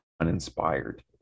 uninspired